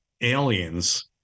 aliens